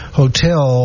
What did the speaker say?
hotel